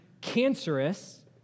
cancerous